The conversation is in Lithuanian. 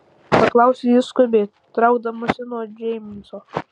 paklausė ji skubiai traukdamasi nuo džeimso